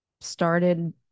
started